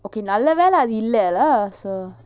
நல்ல வேல அது இல்லல:nalla vela athu illala so